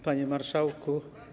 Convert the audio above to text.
Panie Marszałku!